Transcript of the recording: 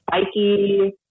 spiky